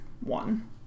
one